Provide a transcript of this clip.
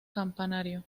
campanario